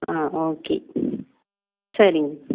ஆ okay சரிங்க